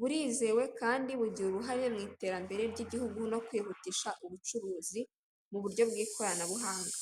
burizewe kandi bugira uruhare mu iterambere ry'igihugu no kwihutisha ubucuruzi mu buryo bw'ikoranabuhanga.